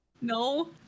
No